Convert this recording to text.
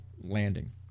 landing